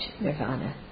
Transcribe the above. nirvana